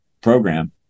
program